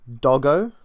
doggo